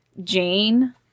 Jane